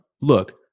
Look